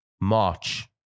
March